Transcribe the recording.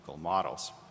models